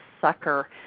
sucker